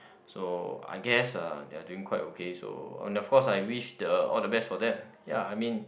so I guess uh they are doing quite okay so on the force I wish the all the best for them ya I mean